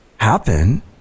Happen